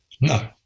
no